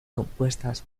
compuestas